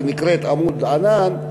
שנקראת "עמוד ענן",